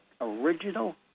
original